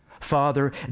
Father